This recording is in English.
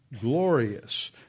glorious